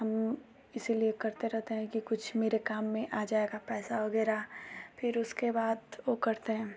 हम इसलिए करते रहेते हैं कि कुछ मेरे काम में आ जाएगा पैसा ओगैरा फिर उसके बाद वो करते हैं